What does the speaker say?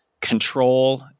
control